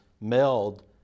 meld